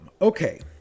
Okay